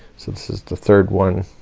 so this is the third one,